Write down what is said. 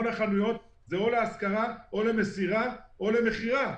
כל החנויות זה או להשכרה, או למסירה, או למכירה.